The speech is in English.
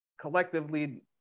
collectively